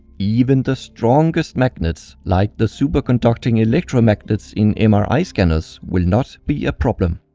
even the strongest magnets like the superconducting electromagnets in um ah mri-scanners will not be a problem.